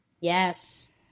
Yes